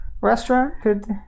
restaurant